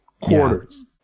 quarters